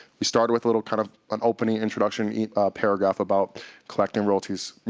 we started with a little kind of an opening introduction paragraph about collecting royalties, you